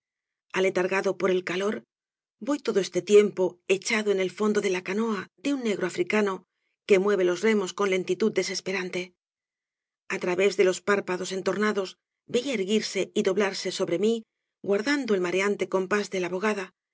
aletargado por el calor voy todo este tiempo echado obras devalle inclan en el fondo de la canoa de un negro africano que mueve los remos con lentitud desesperante a través de los párpados entornados veía erguirse y doblarse sobre mí guardando el mareante compás de la bogada